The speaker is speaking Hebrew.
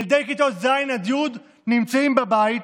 ילדי כיתות ז' י' נמצאים בבית,